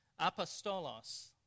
apostolos